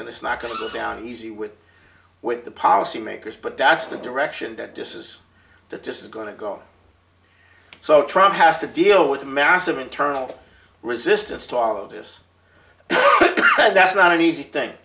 and this not going to go down easy with with the policy makers but that's the direction that disses that this is going to go so trump has to deal with a massive internal resistance to all of this but that's not an easy thing